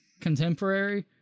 contemporary